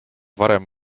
varem